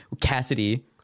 Cassidy